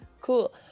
cool